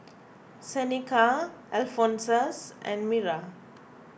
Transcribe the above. Seneca Alphonsus and Mira